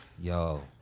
Yo